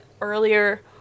earlier